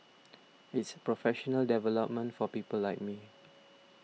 it's professional development for people like me